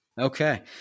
Okay